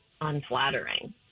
unflattering